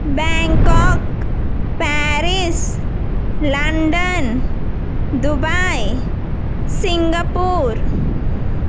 Bangkok Paris London Dubai Singapore